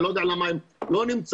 אני לא יודע למה הם לא נמצאים,